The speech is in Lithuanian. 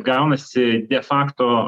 gaunasi de fakto